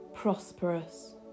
Prosperous